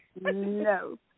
No